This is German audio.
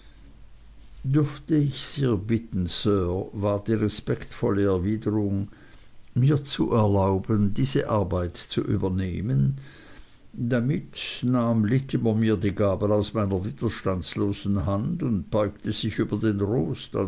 dürfte ich sehr bitten sir war die respektvolle erwiderung mir zu erlauben diese arbeit zu übernehmen damit nahm littimer mir die gabel aus meiner widerstandslosen hand und beugte sich über den rost